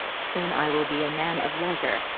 soon i will be a man of leisure.